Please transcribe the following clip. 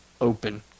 Open